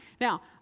Now